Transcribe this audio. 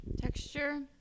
Texture